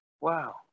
Wow